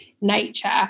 nature